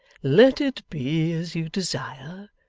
let it be as you desire.